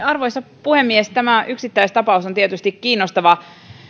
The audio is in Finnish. arvoisa puhemies tähän yksittäistapaukseen on tietysti kiinnostavaa